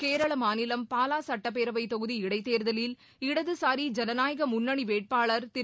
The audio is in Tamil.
கேரள மாநிலம் பாலா சட்டப்பேரவைத் தொகுதி இடைத்தோதலில் இடதுசாரி ஜனநாயக முன்னணி வேட்பாள் திரு